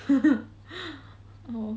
oh